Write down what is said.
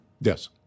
Yes